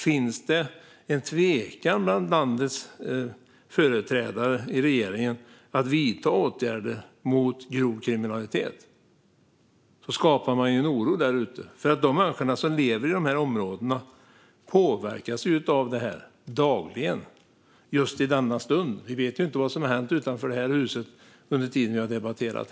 Finns det en tvekan bland landets företrädare i regeringen att vidta åtgärder mot grov kriminalitet skapar man en oro därute. De människor som lever i dessa områden påverkas av detta dagligen just i denna stund. Vi vet inte vad som har hänt utanför det här huset under tiden vi har debatterat.